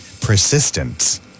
persistence